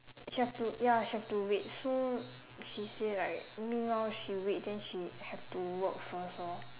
just to ya she have to wait so she say like May lor she wait then she have to work first lor